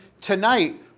Tonight